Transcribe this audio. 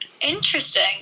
Interesting